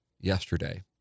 yesterday